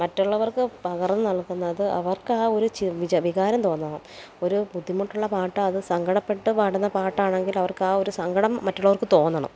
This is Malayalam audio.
മറ്റുള്ളവർക്ക് പകർന്ന് നൽകുന്നത് അവർക്കാ ഒരു ചി വികാരന്തോന്നണം ഒരു ബുദ്ധിമുട്ടുള്ള പാട്ടാണ് അത് സങ്കടപ്പെട്ട് പാടുന്ന പാട്ടാണെങ്കിലവർക്കാവൊരു സങ്കടം മറ്റുള്ളവർക്ക് തോന്നണം